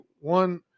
one